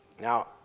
Now